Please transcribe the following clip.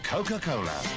Coca-Cola